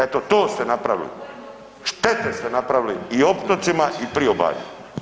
Eto to ste napravili, štete ste napravili i otocima i priobalju.